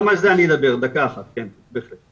גם על זה אני אדבר, דקה אחת, כן, בהחלט.